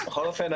אופן,